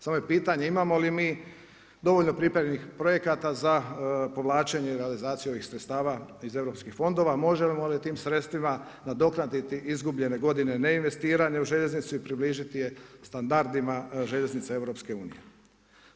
Samo je pitanje imamo li dovoljno pripremljenih projekata za povlačenje i realizaciju ovih sredstava iz europskih fondova, možemo li tim sredstvima nadoknaditi izgubljen godine ne investiranja u željeznicu i približiti je standardima željeznice EU-a.